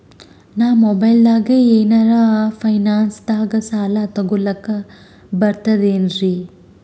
ನಾ ಮೊಬೈಲ್ದಾಗೆ ಏನರ ಫೈನಾನ್ಸದಾಗ ಸಾಲ ತೊಗೊಲಕ ಬರ್ತದೇನ್ರಿ?